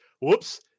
Whoops